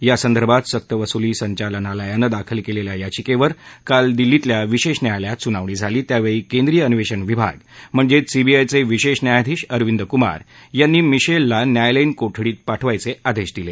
यासंदर्भात सक्तवसुली संचालनालयानं दाखल केलेल्या याविकेवर काल दिल्लीतल्या विशेष न्यायालयात सुनावणी झाली त्यावेळी केंद्रीय अन्वेषण विभाग म्हणजेच सीबीआयचे विशेष न्यायाधीश अरविंद कुमार यांनी मिशेलला न्यायालयीन कोठडीत पाठवायचे आदेश दिले